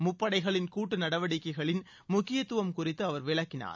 முப்படைகளின் கூட்டு நடவடிக்கைகளின் முக்கியத்துவம் குறித்து அவர் விளக்கினார்